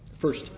First